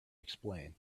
explain